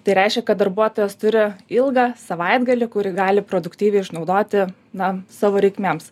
tai reiškia kad darbuotojas turi ilgą savaitgalį kurį gali produktyviai išnaudoti na savo reikmėms